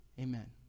Amen